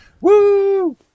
woo